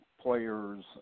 players